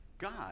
God